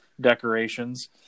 Decorations